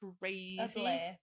crazy